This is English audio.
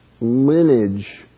lineage